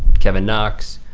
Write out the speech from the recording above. kevin knox.